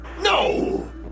No